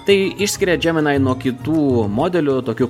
tai išskiria džeminai nuo kitų modelių tokių